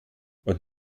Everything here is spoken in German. und